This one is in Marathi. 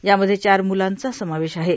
यामध्ये चार मुलांचा समावेश आहे